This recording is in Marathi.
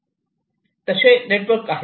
तसे नेटवर्क आहे